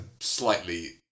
slightly